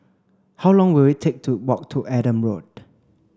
how long will it take to walk to Adam Road